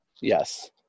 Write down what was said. Yes